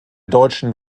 deutschen